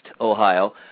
Ohio